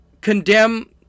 Condemn